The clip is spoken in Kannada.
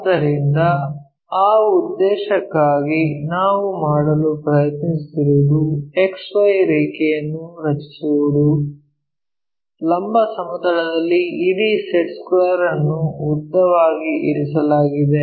ಆದ್ದರಿಂದ ಆ ಉದ್ದೇಶಕ್ಕಾಗಿ ನಾವು ಮಾಡಲು ಪ್ರಯತ್ನಿಸುತ್ತಿರುವುದು X Y ರೇಖೆಯನ್ನು ರಚಿಸುವುದು ಲಂಬ ಸಮತಲದಲ್ಲಿ ಇಡೀ ಸೆಟ್ ಸ್ಕ್ವೇರ್ ವನ್ನು ಉದ್ದವಾಗಿ ಇರಿಸಲಾಗಿದೆ